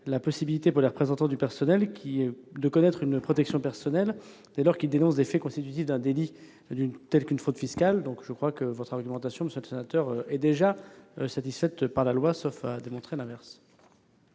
la possibilité pour les représentants du personnel de bénéficier d'une protection personnelle, dès lors qu'ils dénoncent des faits constitutifs d'un délit tel qu'une fraude fiscale. Votre amendement, monsieur le sénateur, est satisfait par la loi, sauf à démontrer l'inverse.